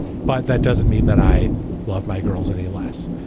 but that doesn't mean that i love my girls any less.